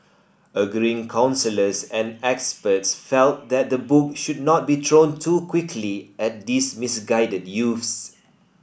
agreeing counsellors and experts felt that the book should not be thrown too quickly at these misguided youths